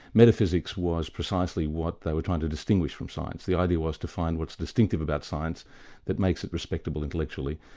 metaphysics was precisely what they were trying to distinguish from science. the idea was to find what's distinctive about science that makes it respectable intellectually,